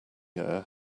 air